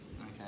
Okay